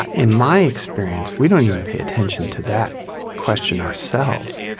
ah in my experience, we don't even pay attention to that question ourselves.